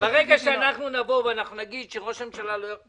ברגע שאנחנו נגיד שראש הממשלה נו,